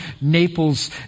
Naples